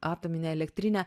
atominę elektrinę